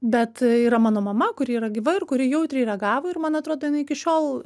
bet yra mano mama kuri yra gyva ir kuri jautriai reagavo ir man atrodo jinai iki šiol